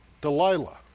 Delilah